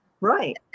Right